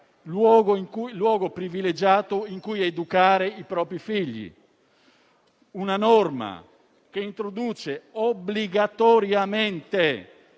luogo privilegiato in cui educare i propri figli; una norma che introduce obbligatoriamente